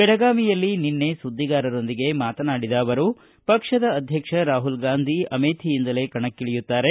ಬೆಳಗಾವಿಯಲ್ಲಿ ನಿನ್ನೆ ಸುದ್ದಿಗಾರರೊಂದಿಗೆ ಮಾತಮನಾಡಿದ ಅವರು ಪಕ್ಷದ ಅಧ್ಯಕ್ಷ ರಾಹುಲ್ ಗಾಂಧಿ ಅಮೇತಿಯಿಂದಲೇ ಕಣಕ್ಕಿಳಿಯುತ್ತಾರೆ